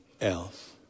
else